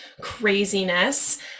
Craziness